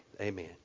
Amen